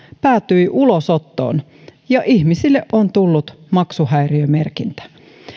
päätyi ulosottoon ja ihmisille on tullut maksuhäiriömerkintä